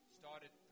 started